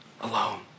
alone